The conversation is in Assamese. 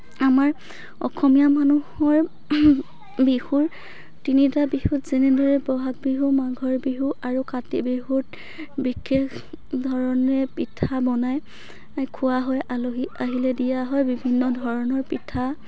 আমাৰ অসমীয়া মানুহৰ বিহুৰ তিনিটা বিহুত যেনেদৰে ব'হাগ বিহু মাঘৰ বিহু আৰু কাতি বিহুত বিশেষ ধৰণে পিঠা বনাই খোৱা হয় আলহী আহিলে দিয়া হয় বিভিন্ন ধৰণৰ পিঠা